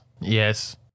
Yes